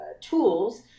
tools